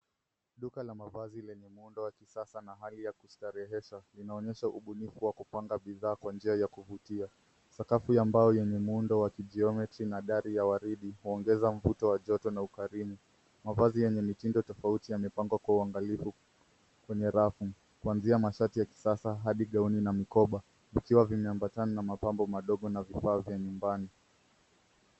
Ndani ya duka la mavazi lenye jumulo wa kisasa na haya kusidarehesa, ninaonyesha ubunifu wa kupanga bidhaa kwa njia ya kubutia. Sakafu ya mbao yenye muundo wa jiometri na rangi ya waridi inaongeza mbuto wa joto na ukarini. Mavazi yenye mitindo tofauti yamepangwa kuhuangaliku. Kwenye rafu, kuanzia mashati ya kitasa, hadi keuni na mikoba. Michiwa vinyambatani na mapambo madogo na vipaze nimbani.